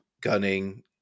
gunning